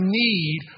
need